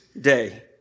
day